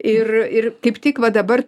ir ir kaip tik va dabar